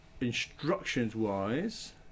Instructions-wise